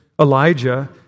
Elijah